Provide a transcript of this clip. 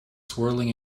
swirling